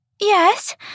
Yes